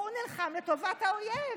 הוא נלחם לטובת האויב,